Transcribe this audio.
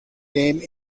game